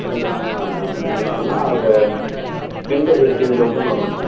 ரெண்டு நாளுங்களா மேடம் ரெண்டு நாள்னால் ஒரு டென் டு பிஃட்டின் தௌசன் வரும் மேடம்